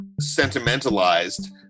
sentimentalized